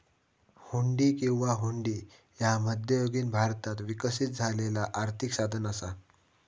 हुंडी किंवा हुंडी ह्या मध्ययुगीन भारतात विकसित झालेला आर्थिक साधन असा